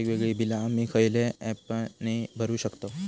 वेगवेगळी बिला आम्ही खयल्या ऍपने भरू शकताव?